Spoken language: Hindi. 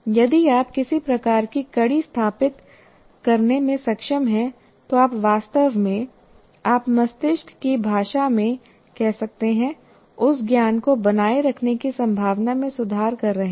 यदि आप किसी प्रकार की कड़ी स्थापित करने में सक्षम हैं तो आप वास्तव में आप मस्तिष्क की भाषा में कह सकते हैं उस ज्ञान को बनाए रखने की संभावना में सुधार कर रहे हैं